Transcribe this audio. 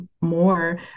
more